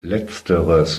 letzteres